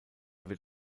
wird